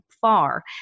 far